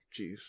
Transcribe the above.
Jeez